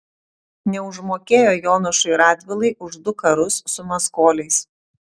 neužmokėjo jonušui radvilai už du karus su maskoliais